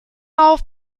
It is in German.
auf